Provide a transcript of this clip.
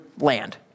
land